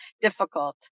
difficult